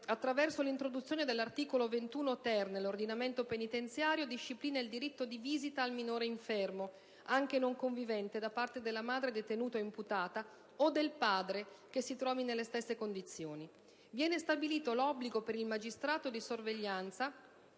attraverso l'introduzione dell'articolo 21*-ter* nell'ordinamento penitenziario, disciplina il diritto di visita al minore infermo, anche non convivente, da parte della madre detenuta o imputata (o del padre, che si trovi nelle stesse condizioni). Viene stabilito l'obbligo per il magistrato di sorveglianza